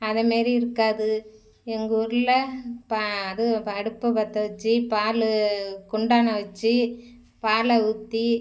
அதே மாரி இருக்காது எங்கூரில் இப்போ அதும் இப்போ அடுப்பை பற்ற வச்சு பால் குண்டானை வச்சு பாலை ஊற்றி